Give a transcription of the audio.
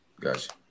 Gotcha